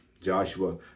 Joshua